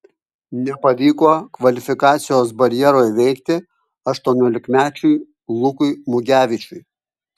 nepavyko kvalifikacijos barjero įveikti aštuoniolikmečiui lukui mugevičiui